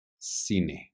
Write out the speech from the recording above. Cine